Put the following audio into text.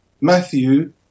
Matthew